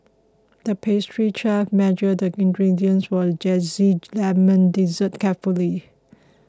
the pastry chef measured the ingredients for a Zesty Lemon Dessert carefully